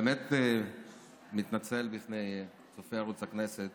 אני באמת מתנצל בפני צופי ערוץ הכנסת